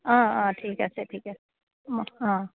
অঁ অঁ ঠিক আছে ঠিক আছে অঁ অঁ